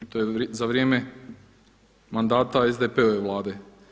To je za vrijeme mandata SDP-ove Vlade.